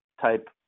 type